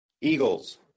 Eagles